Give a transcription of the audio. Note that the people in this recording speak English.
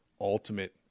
ultimate